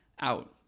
out